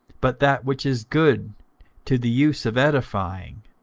but that which is good to the use of edifying,